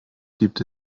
gibt